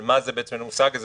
של מה זה המושג הזה,